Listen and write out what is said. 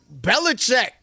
Belichick